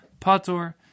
pator